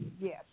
Yes